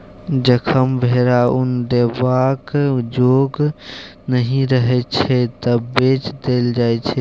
जखन भेरा उन देबाक जोग नहि रहय छै तए बेच देल जाइ छै